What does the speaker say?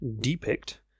depict